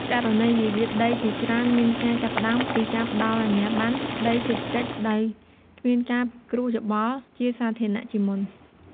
ករណីវិវាទដីជាច្រើនមានការចាប់ផ្ដើមពីការផ្ដល់អាជ្ញាបណ្ណដីសេដ្ឋកិច្ច ដោយគ្មានការពិគ្រោះយោបល់ជាសាធារណៈជាមុន។